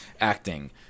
acting